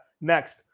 next